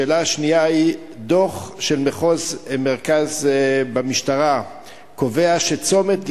השאלה השנייה היא: דוח של מחוז מרכז במשטרה קובע שצומת גבעת-חיים,